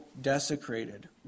desecrated